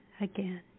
again